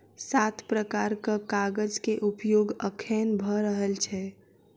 सात प्रकारक कागज के उपयोग अखैन भ रहल छै